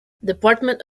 department